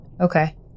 Okay